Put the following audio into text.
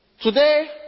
today